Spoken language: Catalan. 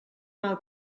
mal